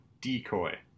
decoy